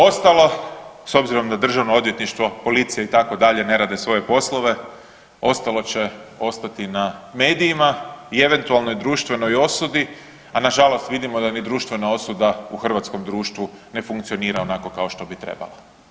Ostalo s obzirom da državno odvjetništvo, policija itd. ne rade svoje poslove, ostalo će ostati na medijima i eventualnoj društvenoj osudi, a nažalost vidimo da ni društvena osuda u hrvatskom društvu ne funkcionira onako kao što bi trebala.